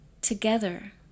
Together